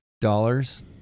dollars